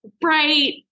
bright